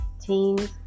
teens